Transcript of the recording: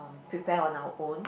prepare on our own